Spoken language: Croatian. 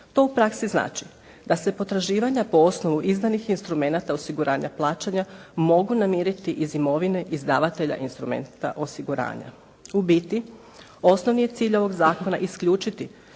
To u praksi znači da se potraživanja po osnovi izdanih instrumenata osiguranja plaćanja mogu namiriti iz imovine izdavatelja instrumenta osiguranja. U biti osnovni je cilj ovog zakona isključiti